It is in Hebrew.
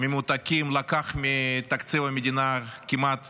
ממותקים לקח מתקציב המדינה כמעט